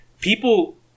people